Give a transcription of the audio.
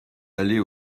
aller